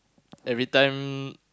every time